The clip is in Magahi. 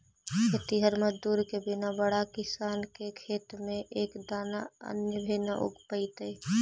खेतिहर मजदूर के बिना बड़ा किसान के खेत में एक दाना अन्न भी न उग पइतइ